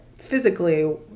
physically